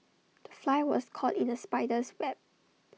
the fly was caught in the spider's web